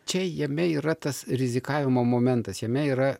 čia jame yra tas rizikavimo momentas jame yra